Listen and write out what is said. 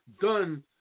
Done